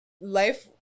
life